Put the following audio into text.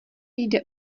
jde